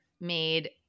made –